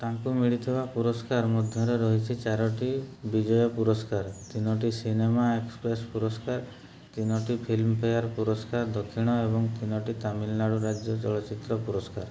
ତାଙ୍କୁ ମିଳିଥିବା ପୁରସ୍କାର ମଧ୍ୟରେ ରହିଛି ଚାରୋଟି ବିଜୟ ପୁରସ୍କାର ତିନୋଟି ସିନେମା ଏକ୍ସପ୍ରେସ୍ ପୁରସ୍କାର ତିନୋଟି ଫିଲ୍ମଫେୟାର ପୁରସ୍କାର ଦକ୍ଷିଣ ଏବଂ ତିନୋଟି ତାମିଲନାଡ଼ୁ ରାଜ୍ୟ ଚଳଚ୍ଚିତ୍ର ପୁରସ୍କାର